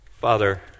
Father